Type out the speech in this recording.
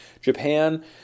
Japan